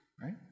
right